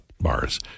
bars